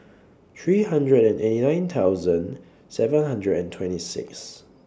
three hundred and eighty nine thousand seven hundred and twenty six